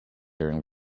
during